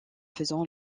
faisant